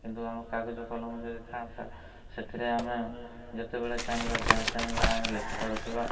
କିନ୍ତୁ ଆମ କାଗଜ କଲମ ଯଦି ଥାଆନ୍ତା ସେଥିରେ ଆମେ ଯେତେବେଳେ ଚାହିଁବା ଯାହା ଚାହିଁବା ଆମେ ଲେଖିପାରୁଥିବା